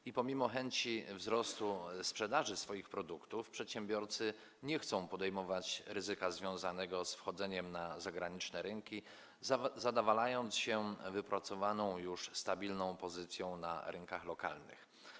I pomimo chęci zwiększenia sprzedaży swoich produktów przedsiębiorcy nie chcą podejmować ryzyka związanego z wchodzeniem na zagraniczne rynki, zadowalając się wypracowaną już stabilną pozycją na rynkach lokalnych.